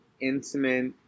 intimate